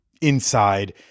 inside